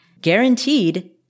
guaranteed